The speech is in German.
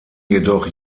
jedoch